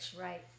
Right